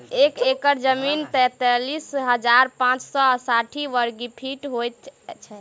एक एकड़ जमीन तैँतालिस हजार पाँच सौ साठि वर्गफीट होइ छै